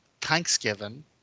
Thanksgiving